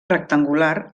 rectangular